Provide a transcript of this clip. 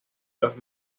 los